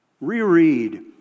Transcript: Reread